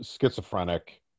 schizophrenic